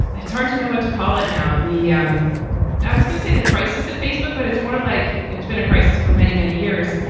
it's hard to know what to call it. now, the um i was going to say the crisis at facebook, but it's more like it's been a crisis for many, many years.